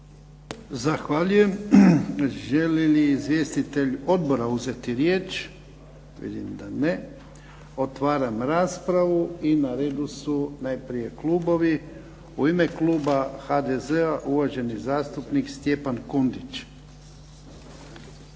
Zahvaljujem. Želi li izvjestitelj odbora uzeti riječ? Vidim da ne. Otvaram raspravu i na redu su najprije klubovi. U ime kluba HDZ-a uvaženi zastupnik Stjepan Kundić.